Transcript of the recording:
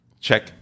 Check